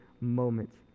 moments